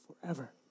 forever